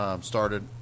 Started